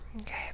Okay